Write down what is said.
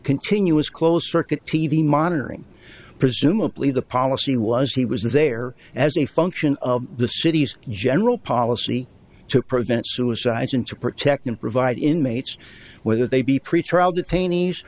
continuous closed circuit t v monitoring presumably the policy was he was there as a function of the city's general policy to prevent suicides and to protect and provide inmates whether they be pretrial detainees